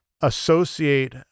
associate